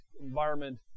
environment